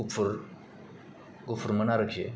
गुफुर गुफुरमोन आरोखि